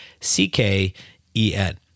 C-K-E-N